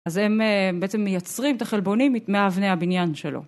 אז הם בעצם מייצרים את החלבונים מהאבני הבניין שלו.